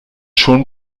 schon